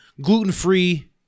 gluten-free